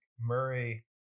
Murray